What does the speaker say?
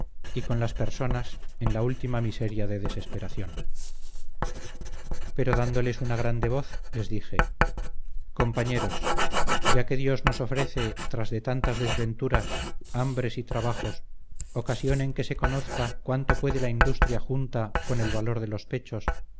y con las personas en la última miseria de desesperación pero dándoles una grande voz les dije compañeros ya que dios os ofrece tras de tantas desventuras hambres y trabajos ocasión en que se conozca cuánto puede la industria junta con el valor de los pechos